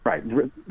right